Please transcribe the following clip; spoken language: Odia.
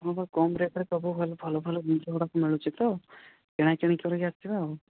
ହଁ ବା କମ୍ ରେଟ୍ରେ ସବୁ ଭଲ ଭଲ ଜିନିଷ ଗୁଡ଼ାକ ମିଳୁଛି ତ କିଣା କିଣି କରିକି ଆସିବା ଆଉ